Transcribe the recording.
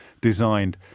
designed